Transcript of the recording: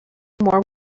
more